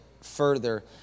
further